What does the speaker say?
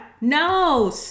No